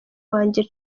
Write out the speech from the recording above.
wanjye